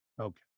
Okay